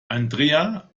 andrea